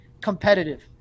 competitive